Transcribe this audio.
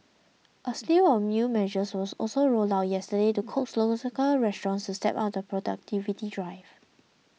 a slew of new measures was also rolled out yesterday to coax local restaurants to step up their productivity drive